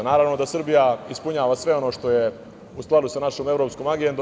Naravno da Srbija ispunjava sve ono što je u skladu sa našom evropskom agendom.